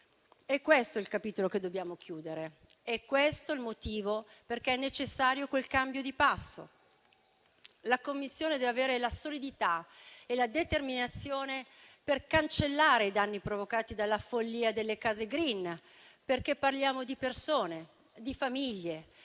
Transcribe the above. Questo è il capitolo che dobbiamo chiudere. Questo è il motivo perché è necessario quel cambio di passo. La Commissione deve avere la solidità e la determinazione per cancellare i danni provocati dalla follia delle case *green*, perché parliamo di persone, di famiglie